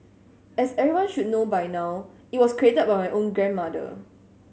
as everyone should know by now it was created by my own grandmother